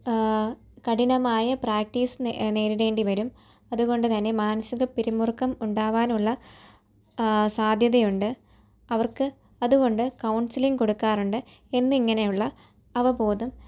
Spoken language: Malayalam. കഠിനമായ പ്രാക്ടീസ് നേരിടേണ്ടി വരും അതുകൊണ്ട് തന്നെ മാനസിക പിരിമുറുക്കം ഉണ്ടാവാനുള്ള സാധ്യതയുണ്ട് അവർക്ക് അതുകൊണ്ട് കൗൺസിലിംഗ് കൊടുക്കാറുണ്ട് എന്നിങ്ങനെയുള്ള അവബോധം